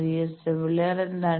VSWR എന്താണ്